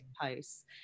posts